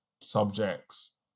subjects